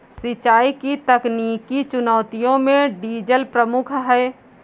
सिंचाई की तकनीकी चुनौतियों में डीजल प्रमुख है